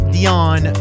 Dion